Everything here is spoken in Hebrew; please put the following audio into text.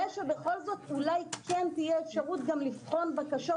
ושבכל זאת אולי כן תהיה אפשרות גם לבחון בקשות